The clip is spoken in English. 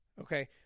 Okay